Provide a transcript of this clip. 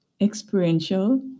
experiential